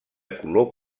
color